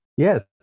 Yes